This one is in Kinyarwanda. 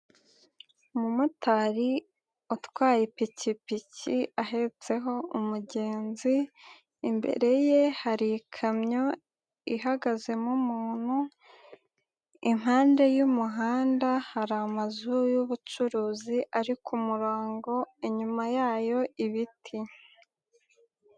Umumotari utwaye ipikipiki ahetseho umugenzi imbere ye hari ikamyo ihagazemo umuntu, impande y'umuhanda hari amazu y'ubucuruzi ari ku murongo, inyuma yayo ibiti.